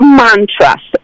mantras